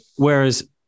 Whereas